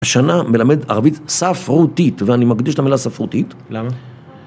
השנה מלמד ערבית ספרותית ואני מדגיש את המילה ספרותית למה?